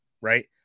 right